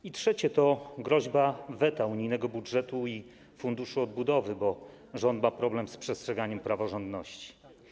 I trzecie to groźba weta unijnego budżetu i Funduszu Odbudowy, bo rząd ma problem z przestrzeganiem praworządności.